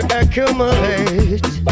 accumulate